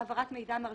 בעניין המשקיע,